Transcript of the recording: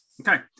Okay